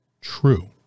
true